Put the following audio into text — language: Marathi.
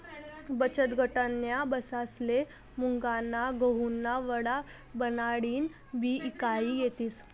बचतगटन्या बायास्ले मुंगना गहुना वडा बनाडीन बी ईकता येतस